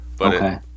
Okay